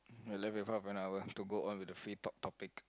we are left with half an hour have to go on with the free talk topic